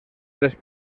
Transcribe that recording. tres